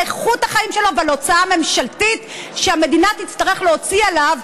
על איכות החיים שלו ועל ההוצאה הממשלתית שהמדינה תצטרך להוציא עליו,